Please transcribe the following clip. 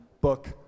book